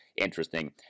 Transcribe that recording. interesting